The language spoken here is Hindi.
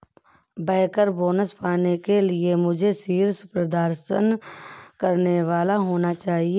बैंकर बोनस पाने के लिए मुझे शीर्ष प्रदर्शन करने वाला होना चाहिए